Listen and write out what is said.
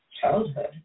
childhood